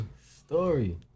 story